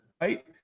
right